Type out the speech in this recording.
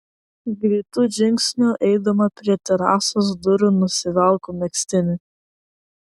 greitu žingsniu eidama prie terasos durų nusivelku megztinį